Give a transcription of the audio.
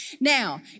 Now